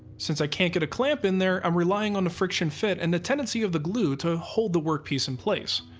since i can't get a clamp in there, i'm relying on a friction fit, and the tendency of the glue to hold the workpiece in place.